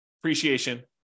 appreciation